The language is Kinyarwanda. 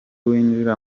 winjira